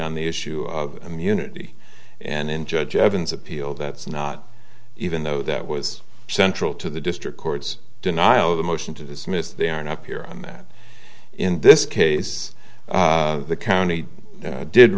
on the issue of immunity and in judge evans appeal that's not even though that was central to the district court's denial of the motion to dismiss they are not here and that in this case the county did